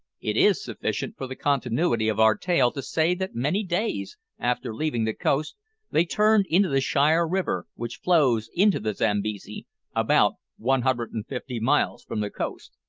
it is sufficient for the continuity of our tale to say that many days after leaving the coast they turned into the shire river, which flows into the zambesi about one hundred and fifty miles from the coast.